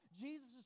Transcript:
jesus